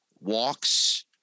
walks